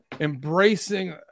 embracing